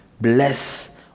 Bless